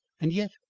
and yet,